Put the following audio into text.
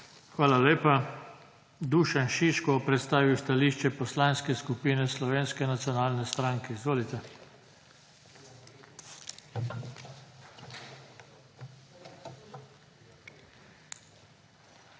Hvala lepa. Dušan Šiško bo predstavil stališče Poslanske skupine Slovenske nacionalne stranke. Izvolite.